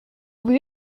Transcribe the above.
vous